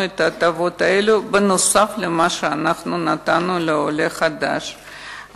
את ההטבות האלה נוסף על מה שאנחנו נתנו לעולה החדש.